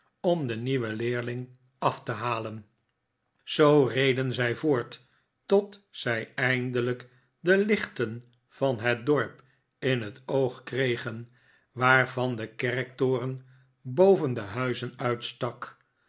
om den nieuwen leerling af te halen zoo reden zij voort tot zij eindelijk de lichten van het dorp in het oog kregen waarvan de kerktoren boven de huizen uitstak